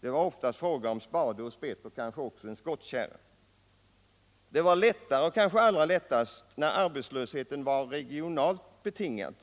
Det var ofta fråga om spade och spett och kanske även en skottkärra. Det var kanske allra lättast när arbetslösheten var regionalt betingad